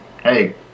hey